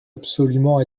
absolument